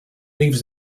leaves